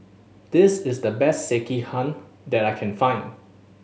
this is the best Sekihan that I can find